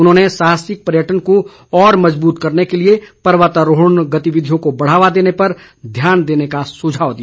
उन्होंने साहसिक पर्यटन को और मजबूत करने के लिए पर्वतारोहण गतिविधियों को बढ़ावा देने पर ध्यान देने का सुझाव दिया